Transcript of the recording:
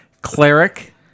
cleric